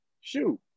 shoot